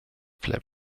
flap